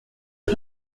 are